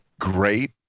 great